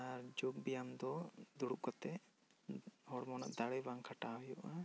ᱟᱨ ᱡᱳᱜᱽ ᱵᱮᱭᱟᱢ ᱫᱚ ᱫᱩᱲᱩᱵ ᱠᱟᱛᱮ ᱦᱚᱲᱢᱚ ᱨᱮᱱᱟᱜ ᱫᱟᱲᱮ ᱵᱟᱝ ᱠᱷᱟᱴᱟᱣ ᱦᱩᱭᱩᱜᱼᱟ